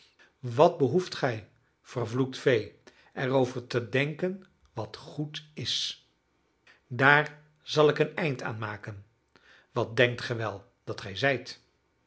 wat behoeft gij vervloekt vee er over te denken wat goed is daar zal ik een eind aan maken wat denkt ge wel dat gij zijt